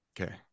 Okay